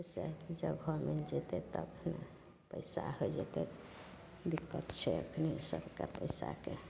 ओतए जगह मिलि जएतै तब फेर पइसा हेबे करतै दिक्कत छै एखन सभकेँ पइसाके